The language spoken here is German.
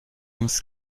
ums